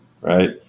right